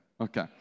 Okay